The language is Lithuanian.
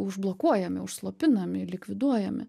užblokuojami užslopinami likviduojami